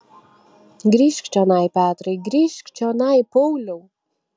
grįžk čionai petrai grįžk čionai pauliau